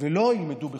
ולא ילמדו בחו"ל.